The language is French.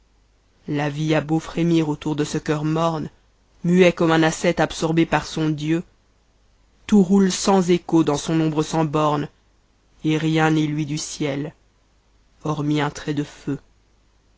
la vie a beau frémir autour de ce cœur morne muet comme un ascète absorbé par son dieu tout roule sans écho dans son ombre sans borne et rien n'y luit du ciel hormis un trait de u